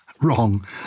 wrong